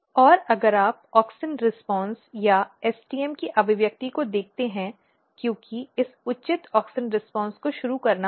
और अगर आप ऑक्सिन रिस्पांस या STM की अभिव्यक्ति को देखते हैं क्योंकि इस उचित ऑक्सिन रिस्पांस को शुरू करना होगा